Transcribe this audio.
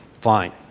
Fine